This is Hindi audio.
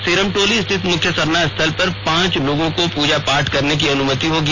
सिरम टोली स्थित मुख्य सरना स्थल पर पांच लोगों को पूजा पाठ करने की अनुमति होगी